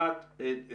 השאלה הראשונה.